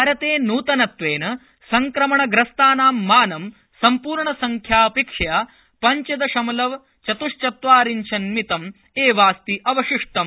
भारते नूतनत्वेन संक्रमणग्रस्तानां मानं सम्पूर्णसंख्यापेक्षया पंचदशमलवचत्श्चत्वारिंशन्मितम् एवास्ति अवशिष्टम्